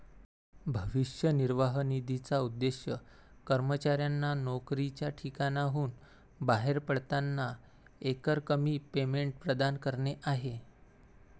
भविष्य निर्वाह निधीचा उद्देश कर्मचाऱ्यांना नोकरीच्या ठिकाणाहून बाहेर पडताना एकरकमी पेमेंट प्रदान करणे आहे